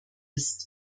ist